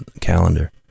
calendar